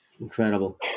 Incredible